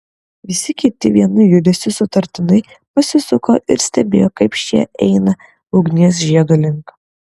visi kiti vienu judesiu sutartinai pasisuko ir stebėjo kaip šie eina ugnies žiedo link